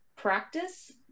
practice